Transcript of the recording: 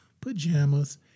pajamas